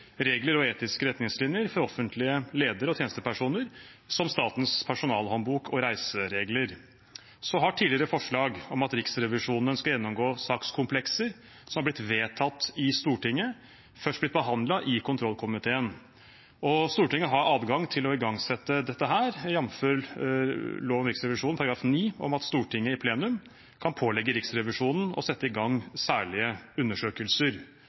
regler og etiske retningslinjer for offentlige ledere og tjenestepersoner, som Statens personalhåndbok og reiseregler. Tidligere forslag om at Riksrevisjonen skal gjennomgå sakskomplekser, som har blitt vedtatt i Stortinget, har først blitt behandlet i kontroll- og konstitusjonskomiteen. Stortinget har adgang til å igangsette dette, jamfør Lov om Riksrevisjonen § 9: «Stortinget i plenum kan pålegge Riksrevisjonen å sette i gang særlige undersøkelser.»